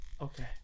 Okay